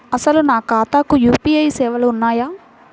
అసలు నా ఖాతాకు యూ.పీ.ఐ సేవలు ఉన్నాయా?